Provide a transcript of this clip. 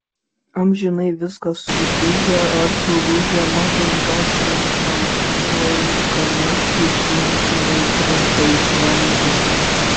amžinai viskas sudužę ar sulūžę mat išgąsdintam laiškanešiui siuntiniai krinta iš rankų